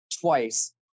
twice